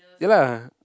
ya lah